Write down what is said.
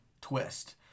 twist